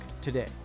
today